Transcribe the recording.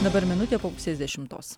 dabar minutė po pusės dešimtos